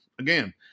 Again